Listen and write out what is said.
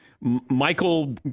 Michael